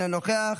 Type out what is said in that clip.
אינו נוכח,